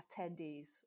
attendees